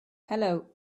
hello